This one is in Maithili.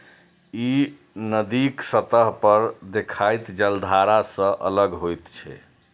ई नदीक सतह पर देखाइत जलधारा सं अलग होइत छै